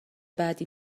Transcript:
بدی